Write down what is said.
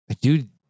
Dude